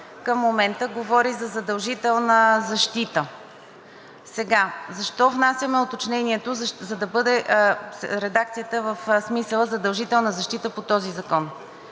към момента говори за задължителна защита. Защо внасяме уточнението? За да бъде редакцията в смисъла задължителна защита по този закон.